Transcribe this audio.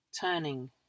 turning